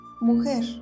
mujer